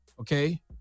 okay